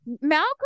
Malcolm